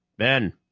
ben,